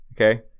okay